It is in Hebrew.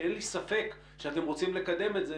שאין לי ספק שאתם רוצים לקדם את זה,